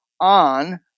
on